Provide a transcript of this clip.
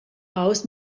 aus